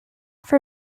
for